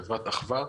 חברת אחווה.